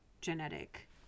genetic